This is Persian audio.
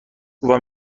شکوفا